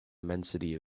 immensity